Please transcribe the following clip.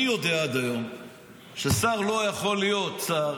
אני יודע עד היום ששר לא יכול להיות שר